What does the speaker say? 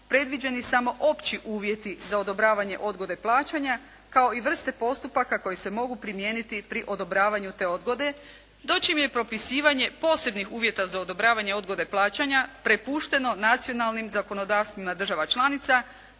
predviđeni samo opći uvjeti za odobravanje odgode plaćanja, kao i vrste postupaka koje se mogu primijeniti pri odobravanju te odgode, dočim je propisivanje posebnih uvjeta za odobravanje odgode plaćanja prepušteno nacionalnim zakonodavstvima država članica,